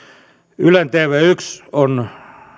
ylen tv yksi on